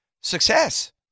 success